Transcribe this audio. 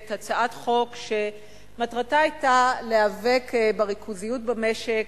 הצעת חוק שמטרתה היתה להיאבק בריכוזיות במשק,